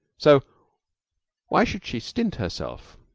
so why should she stint herself?